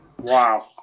Wow